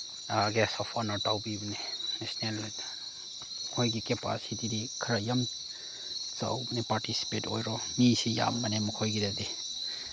gas of honour ꯇꯧꯕꯤꯕꯅꯦ national ꯃꯣꯏꯒꯤ ꯀꯦꯄꯥꯁꯤꯇꯤꯗꯤ ꯈꯔ ꯌꯥꯝ ꯆꯥꯎꯕꯅꯤ ꯄꯥꯔꯇꯤꯁꯤꯄꯦꯠ ꯑꯣꯏꯔꯣ ꯃꯤꯁꯤ ꯌꯥꯝꯕꯅꯦ ꯃꯈꯣꯏꯒꯤꯗꯗꯤ